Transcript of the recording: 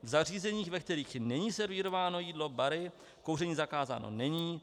V zařízeních, ve kterých není servírováno jídlo bary kouření zakázáno není.